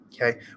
okay